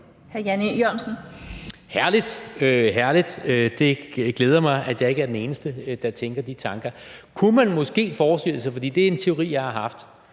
herligt! Det glæder mig, at jeg ikke er den eneste, der tænker de tanker. Kunne man måske forestille sig – for det er en teori, jeg har haft